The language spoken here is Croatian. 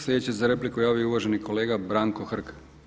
Sljedeći se za repliku javio i uvaženi kolega Branko Hrg.